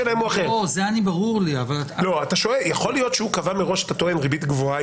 אתה טוען שיכול להיות שהוא קבע מראש ריבית גבוהה